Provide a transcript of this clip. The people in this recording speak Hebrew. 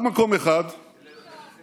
דיברתי איתם בקור רוח, אמרתי להם להתפנות.